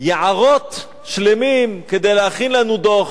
יערות שלמים כדי להכין לנו דוח,